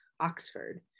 Oxford